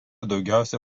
daugiausia